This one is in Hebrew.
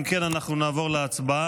אם כן, אנחנו נעבור להצבעה.